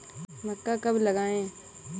मक्का कब लगाएँ?